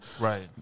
right